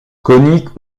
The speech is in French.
coniques